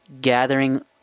gathering